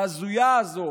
ההזויה הזו,